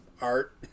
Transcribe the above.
art